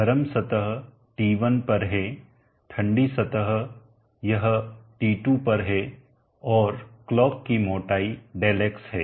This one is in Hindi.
गर्म सतह T1 पर है ठंडी सतह यह T2 पर है और क्लॉक की मोटाई Δx है